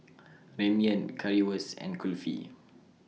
Ramyeon Currywurst and Kulfi